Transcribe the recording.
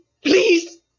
Please